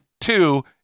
two